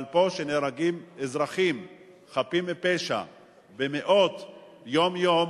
אבל פה, כשנהרגים אזרחים חפים מפשע במאות יום-יום,